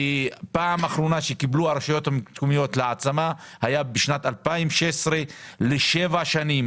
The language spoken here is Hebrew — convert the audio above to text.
פעם אחרונה שהרשויות קיבלו להעצמה היה בשנת 2016 והסכום היה לשבע שנים,